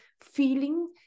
feeling